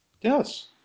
Yes